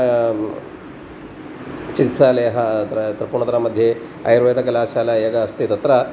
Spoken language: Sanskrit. चिकित्सालयः अत्र त्रिपुणतरमध्ये आयुर्वेद कलाशाला एका अस्ति तत्र